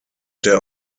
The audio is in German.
der